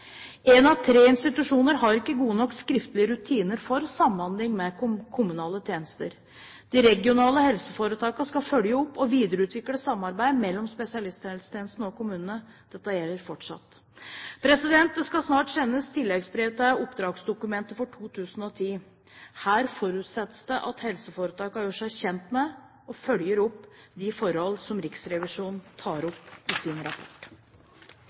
Én av tre institusjoner har ikke gode nok skriftlige rutiner for samhandling med kommunale tjenester. De regionale helseforetakene skal følge opp og videreutvikle samarbeidet mellom spesialisthelsetjenesten og kommunene. Dette gjelder fortsatt. Det skal snart sendes tilleggsbrev til oppdragsdokumentet for 2010. Her forutsettes det at helseforetakene gjør seg kjent med og følger opp de forhold som Riksrevisjonen tar opp i sin rapport.